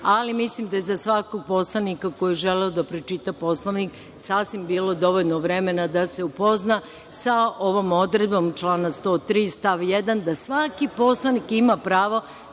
ali mislim da je za svakog poslanika koji je želeo da pročita Poslovnik bilo dovoljno vremena da se upozna sa ovom odredbom člana 103. stav 1. – svaki poslanik ima pravo